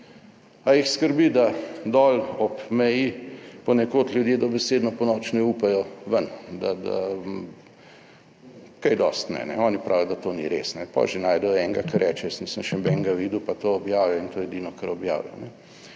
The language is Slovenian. A jih skrbi, da dol ob meji ponekod ljudje dobesedno ponoči ne upajo ven? Kaj dosti ne, oni pravijo, da to ni res. Potem že najdejo enega, ki reče, jaz nisem še nobenega videl, pa to objavijo in to je edino kar objavijo.